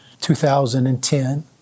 2010